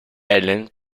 ellen